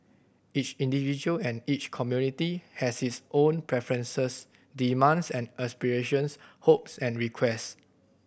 each individual and each community has its own preferences demands and aspirations hopes and request